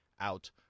out